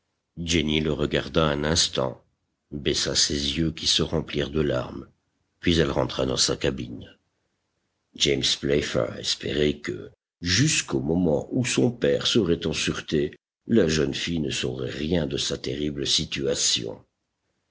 jenny le regarda un instant baissa ses yeux qui se remplirent de larmes puis elle rentra dans sa cabine james playfair espérait que jusqu'au moment où son père serait en sûreté la jeune fille ne saurait rien de sa terrible situation